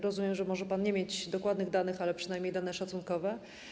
Rozumiem, że może pan nie mieć dokładnych danych, ale przynajmniej dane szacunkowe.